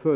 typ.